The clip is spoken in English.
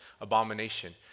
abomination